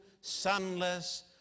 sunless